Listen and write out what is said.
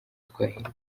twahirwa